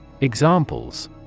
Examples